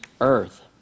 earth